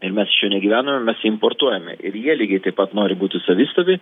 ir mes iš jo negyvename mes importuojame ir jie lygiai taip pat nori būti savistovi